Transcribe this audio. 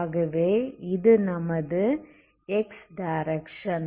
ஆகவே இது நமது x டைரக்ஸன்